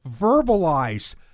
verbalize